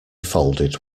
folded